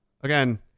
again